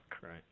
Right